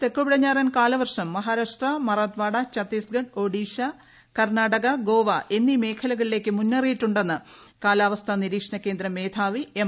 തെക്കുപടിഞ്ഞാറൻ കാലവർഷ്ട ി മഹ്ാരാഷ്ട്ര മറാത്ത്വാഡ ഛത്തീസ്ഗഡ് ഒഡീഷ കർണ്ണാട്ടികൂ ഗോവ എന്നീ മേഖലകളിലേക്ക് മുന്നേറിയിട്ടുണ്ടെന്ന് കാലാപ്പസ്ഥാ നിരീക്ഷണം കേന്ദ്രം മേധാവി എം